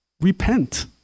repent